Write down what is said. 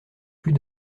plus